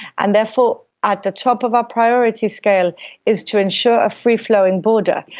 and therefore at the top of our priority scale is to ensure a free-flowing border.